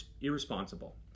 irresponsible